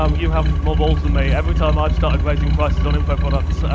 um you have more balls than me. every time i've started raising prices of info products,